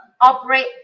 operate